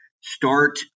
start